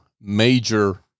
major